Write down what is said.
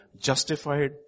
justified